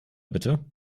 bitte